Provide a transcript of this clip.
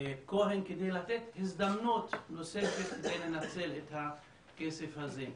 כהן כדי לתת הזדמנות נוספת לנצל את הכסף הזה.